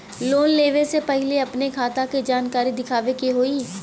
Loan लेवे से पहिले अपने खाता के जानकारी दिखावे के होई?